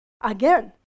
Again